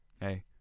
Hey